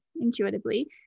intuitively